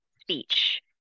speech